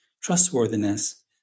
trustworthiness